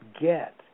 get